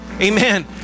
Amen